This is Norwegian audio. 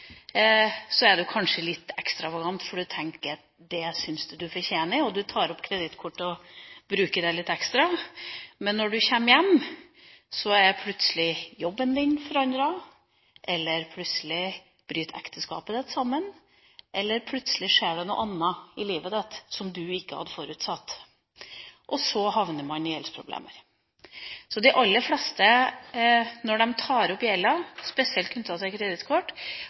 kanskje er litt ekstravagant, for du tenker at det syns du at du fortjener. Så tar du opp kredittkortet og bruker det litt ekstra, men når du kommer hjem, er plutselig jobben din forandret, eller plutselig bryter ekteskapet ditt sammen, eller plutselig skjer det noe annet i livet som du ikke hadde forutsett. Og så havner du i gjeldsproblemer! De aller fleste, når de stifter gjelda, spesielt knyttet til kredittkort,